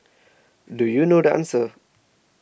do you know the answer